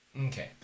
Okay